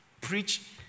preach